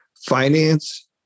finance